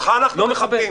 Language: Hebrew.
אותך אנחנו מכבדים.